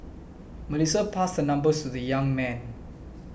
Melissa passed her number to the young man